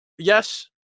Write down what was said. Yes